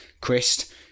Christ